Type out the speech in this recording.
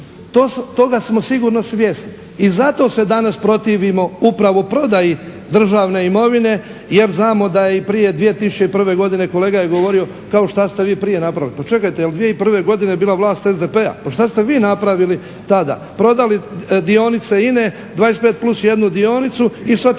Toga smo sigurno svjesni. I zato se danas protivimo upravo prodaji državne imovine jer znamo da je i prije 2001. godine kolega je govorio kao što ste vi prije napravili? Pa čekajte jel' 2001. godine bila vlast SDP-a? Pa što ste vi napravili tada? Prodali dionice INA-e 25 plus 1 dionicu i sa tim